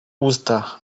usta